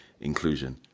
inclusion